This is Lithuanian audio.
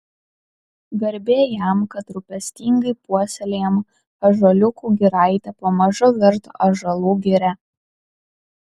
garbė jam kad rūpestingai puoselėjama ąžuoliukų giraitė pamažu virto ąžuolų giria